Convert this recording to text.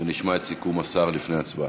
ונשמע את סיכום השר לפני ההצבעה.